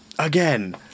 Again